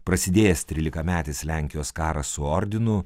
prasidėjęs trylikametis lenkijos karas su ordinu